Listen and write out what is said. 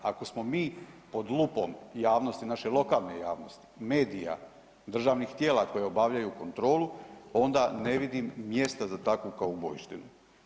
Ako smo mi pod lupom javnosti, naše lokalne javnosti, medija, državnih tijela koja obavljaju kontrolu onda ne vidim mjesta za takvu kaubojštinu.